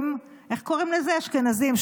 איך קוראים לזה האשכנזים,